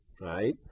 right